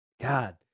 God